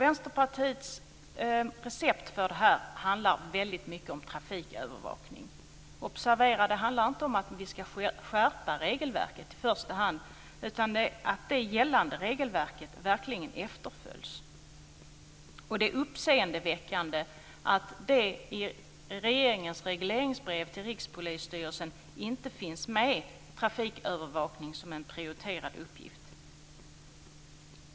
Vänsterpartiets recept för detta handlar väldigt mycket om trafikövervakning. Observera: Det handlar inte i första hand om att vi ska skärpa regelverket utan att det gällande regelverket verkligen efterföljs. Det är uppseendeväckande att trafikövervakning i regeringens regleringsbrev till Rikspolisstyrelsen inte finns med som en prioriterad uppgift.